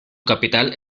capital